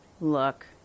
Look